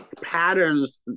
patterns